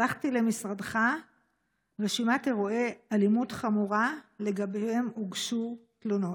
שלחתי למשרדך רשימת אירועי אלימות חמורה שלגביהם הוגשו תלונות.